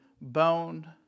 bone